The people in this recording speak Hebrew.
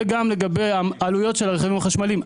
וגם לגבי העלויות של הרכבים החשמליים.